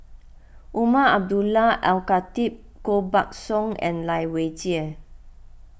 Umar Abdullah Al Khatib Koh Buck Song and Lai Weijie